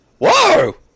Whoa